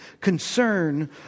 concern